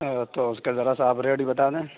تو اس کا ذرا سا آپ ریٹ بھی بتا دیں